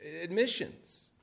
admissions